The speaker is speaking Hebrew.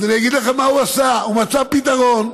אגיד לכם מה הוא עשה, הוא מצא פתרון.